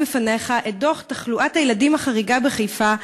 בפניך את דוח תחלואת הילדים החריגה בחיפה,